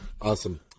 Awesome